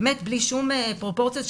בלי שום פרופורציות.